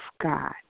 God